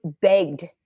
begged